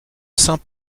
saint